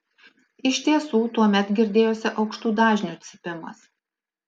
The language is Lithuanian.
iš tiesų tuomet girdėjosi aukštų dažnių cypimas